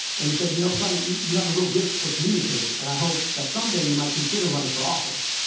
and he said, you know, son, you you have a real gift for communicating, and i hope that, someday, you might consider running for office.